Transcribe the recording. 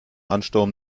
ansturm